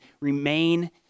remain